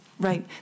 right